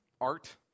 art